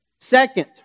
Second